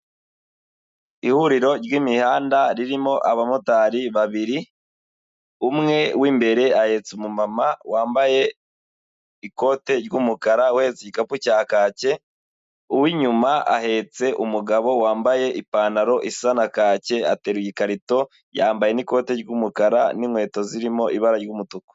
Ihuriro ry'imihanda ririmo abamotari babiri, umwe w'imbere ahetse umumama wambaye ikote ry'umukara we igikapu cya kake, uw'inyuma ahetse umugabo wambaye ipantaro isa na kake, aterura ikarito yambaye n'ikoti ry'umukara n'inkweto zirimo ibara ry'umutuku.